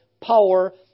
power